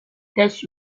test